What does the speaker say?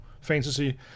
fantasy